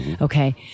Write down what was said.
Okay